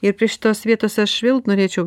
ir prie šitos vietos aš vėl norėčiau